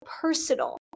personal